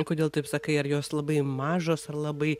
o kodėl taip sakai ar jos labai mažos ar labai